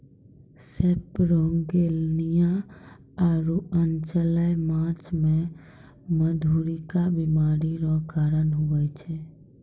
सेपरोगेलनिया आरु अचल्य माछ मे मधुरिका बीमारी रो कारण हुवै छै